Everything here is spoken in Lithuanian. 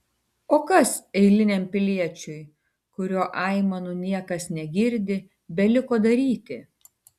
o kas eiliniam piliečiui kurio aimanų niekas negirdi beliko daryti